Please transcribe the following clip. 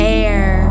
air